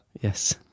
Yes